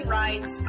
rights